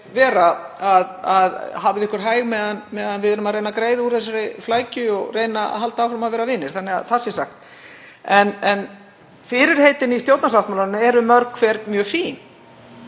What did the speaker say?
vera: Hafið ykkur hæg meðan við erum að reyna að greiða úr þessari flækju og reynum að halda áfram að vera vinir. Þannig að það sé sagt. Fyrirheitin í stjórnarsáttmálanum eru mörg hver mjög fín